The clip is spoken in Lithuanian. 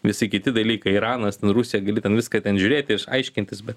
visi kiti dalykai iranas ten rusija gali ten viską ten žiūrėti iš aiškintis bet